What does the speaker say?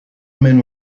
men